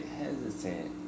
hesitant